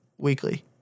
weekly